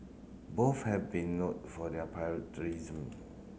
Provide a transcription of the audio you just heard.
both have been note for their